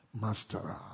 Master